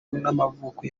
n’amavuko